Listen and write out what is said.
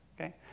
Okay